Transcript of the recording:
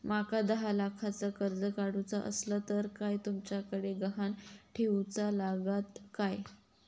माका दहा लाखाचा कर्ज काढूचा असला तर काय तुमच्याकडे ग्हाण ठेवूचा लागात काय?